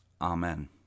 Amen